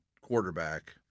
quarterback